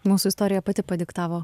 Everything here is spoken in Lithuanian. mūsų istorija pati padiktavo